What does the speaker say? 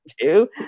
two